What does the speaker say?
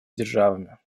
державами